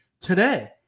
Today